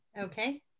Okay